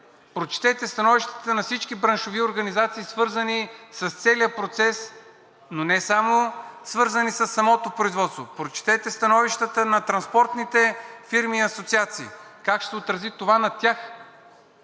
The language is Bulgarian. Прочетете становищата на всички браншови организации, свързани с целия процес, не само свързани със самото производство. Прочетете становищата на транспортните фирми и асоциации как това ще се отрази на тях.